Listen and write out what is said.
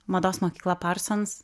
mados mokykla parsons